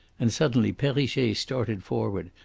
and suddenly perrichet started forward,